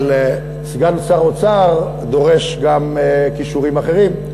אבל תפקיד סגן שר האוצר דורש גם כישורים אחרים.